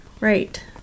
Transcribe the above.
Right